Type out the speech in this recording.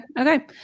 okay